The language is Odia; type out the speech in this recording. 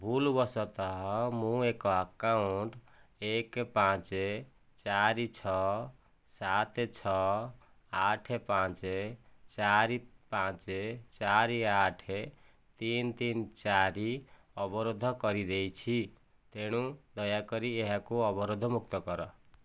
ଭୁଲବଶତଃ ମୁଁ ଏକ ଆକାଉଣ୍ଟ ଏକ ପାଞ୍ଚ ଚାରି ଛଅ ସାତ ଛଅ ଆଠ ପାଞ୍ଚ ଚାରି ପାଞ୍ଚ ଚାରି ଆଠ ତିନି ତିନି ଚାରି ଅବରୋଧ କରିଦେଇଛି ତେଣୁ ଦୟାକରି ଏହାକୁ ଅବରୋଧମୁକ୍ତ କର